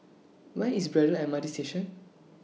Where IS Braddell M R T Station